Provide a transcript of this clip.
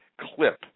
clip